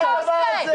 מה זה הדבר הזה?